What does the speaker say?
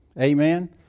amen